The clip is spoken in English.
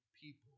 people